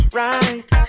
right